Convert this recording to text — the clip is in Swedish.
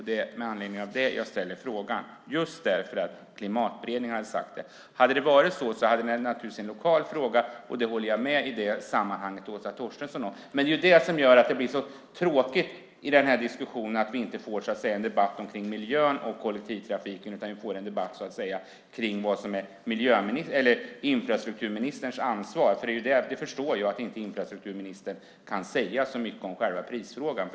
Det är med anledning av det som jag ställer frågan, just därför att Klimatberedningen hade sagt detta. Det är naturligtvis en lokal fråga. I det sammanhanget håller jag med Åsa Torstensson. Men det är det som gör att det blir så tråkigt i den här diskussionen, att vi inte får, så att säga, en debatt om miljön och kollektivtrafiken, utan vi får en debatt om vad som är infrastrukturministerns ansvar. Jag förstår att infrastrukturministern inte kan säga så mycket om själva prisfrågan.